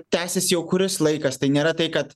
tęsias jau kuris laikas tai nėra tai kad